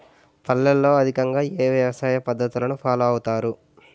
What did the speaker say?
పల్లెల్లో అధికంగా ఏ వ్యవసాయ పద్ధతులను ఫాలో అవతారు?